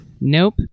Nope